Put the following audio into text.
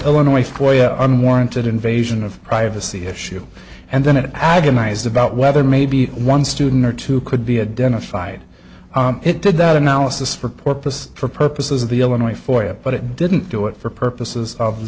illinois boy unwarranted invasion of privacy issue and then it agonized about whether maybe one student or two could be a dentist fired it did that analysis for porpoise for purposes of the illinois for it but it didn't do it for purposes of the